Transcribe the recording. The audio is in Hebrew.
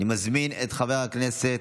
אני מזמין את חבר הכנסת